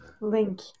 link